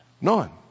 None